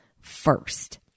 first